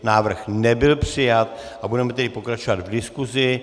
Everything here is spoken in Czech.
Návrh nebyl přijat a budeme tedy pokračovat v diskusi.